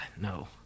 no